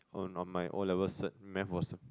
on on my O-level cert math was